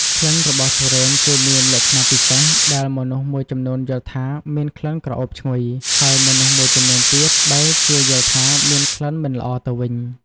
ក្លិនរបស់ទុរេនគឺមានលក្ខណៈពិសេស ដែលមនុស្សមួយចំនួនយល់ថាមានក្លិនក្រអូបឈ្ងុយ ហើយមនុស្សមួយចំនួនទៀតបែរជាយល់ថាមានក្លិនមិនល្អទៅវិញ។